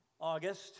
August